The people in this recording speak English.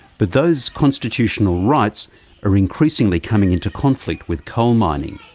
but those constitutional rights are increasingly coming into conflict with coal mining.